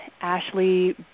Ashley